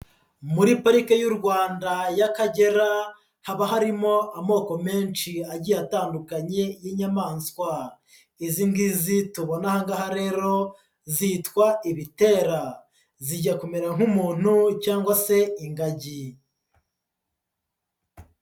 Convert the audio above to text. Muri Parike y'u Rwanda y'Akagera haba harimo amoko menshi agiye atandukanye y'inyamaswa, izi ngizi tubona aha ngaha rero zitwa ibitera, zijya kumera nk'umuntu cyangwa se ingagi.